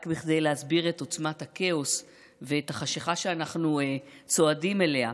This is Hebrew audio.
רק כדי להסביר את עוצמת הכאוס ואת החשיכה שאנחנו צועדים אליה.